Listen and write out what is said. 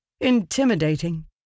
intimidating